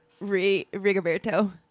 Rigoberto